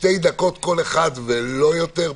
שתי דקות כל אחד ולא יותר,